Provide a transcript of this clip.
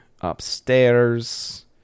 upstairs